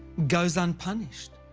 goes unpunished,